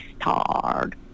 hard